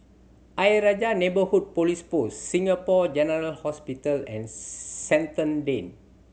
Ayer Rajah Neighbourhood Police Post Singapore General Hospital and Shenton Lane